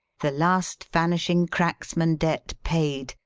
the last vanishing cracksman debt paid,